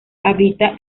habita